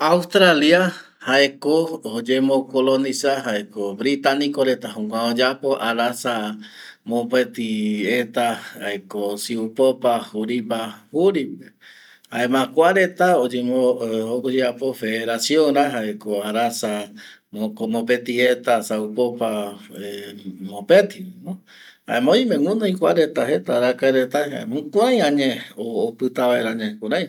Australia ko oye mo coloniza reta ko britaniko reta ndie arasa mopeti eta jaeko siupopa juripa juripe jaema kuareta oueapo federación ra jaeko arasa mopeti eta saupoapa ˂hesitation˃ mopeti jaema oime gunoi kuareta arakae reta jaema jukurei opitavaera reta añae